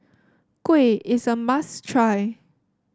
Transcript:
kuih is a must try